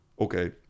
okay